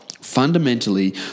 Fundamentally